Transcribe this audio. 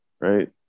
right